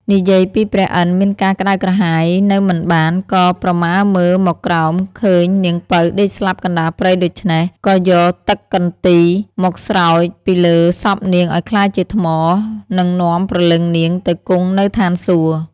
និយាយពីព្រះឥន្ទ្រមានការក្ដៅក្រហាយនៅមិនបាន ក៏ប្រមើលមើលមកក្រោមឃើញនាងពៅដេកស្លាប់កណ្ដាលព្រៃដូច្នេះ ក៏យកទឹកកន្ទីរ មកស្រោចពីលើសពនាងឲ្យក្លាយជាថ្មនិងនាំព្រលឹងនាងទៅគង់នៅឋានសួគ៌ ។